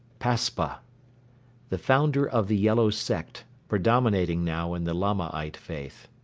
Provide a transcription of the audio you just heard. paspa the founder of the yellow sect, predominating now in the lamaite faith.